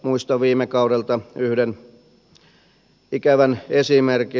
muistan viime kaudelta yhden ikävän esimerkin